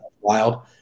wild